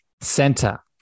center